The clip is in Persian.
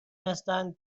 هستند